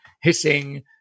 hissing